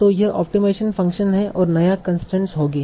तों यह optimisation function है और क्या कंसट्रेन्स होंगी